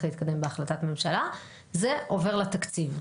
להתקדם בהחלטת ממשלה אלא זה עובר לתקציב.